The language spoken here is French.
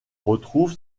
retrouve